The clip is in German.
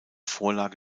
vorlage